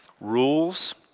Rules